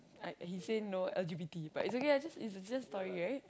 I he say no L_G_B_T but it's okay lah it's just it's just story right